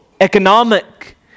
economic